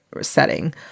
setting